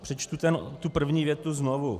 Přečtu tu první větu znovu.